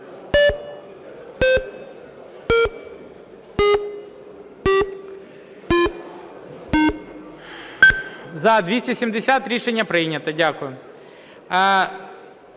За-270 Рішення прийнято. Дякую.